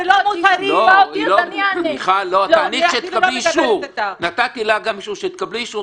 טוב, מיכל, את בקריאה שנייה כבר.